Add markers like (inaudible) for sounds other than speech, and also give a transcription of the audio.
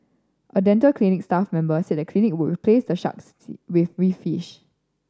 a dental clinic staff member said the clinic would replace the sharks (unintelligible) with reef fish